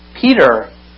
Peter